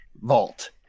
vault